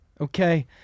okay